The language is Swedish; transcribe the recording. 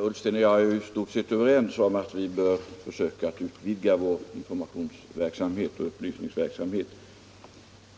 Herr talman! Herr Ullsten och jag är i stort sett överens om att vi bör försöka utvidga upplysningsoch informationsverksamheten.